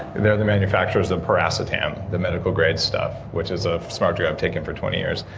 they were the manufacturers of piracetam, the medical grade stuff, which is a smart drug i've taken for twenty years.